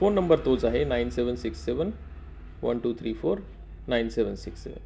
phone number तोच आहे nine seven six seven one two three four nine seven six सेवन